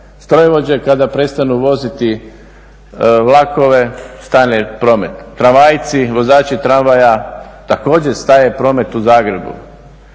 Strojovođe kada prestanu voziti vlakove stane promet. Vozači tramvaja također staje promet u Zagrebu.